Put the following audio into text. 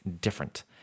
different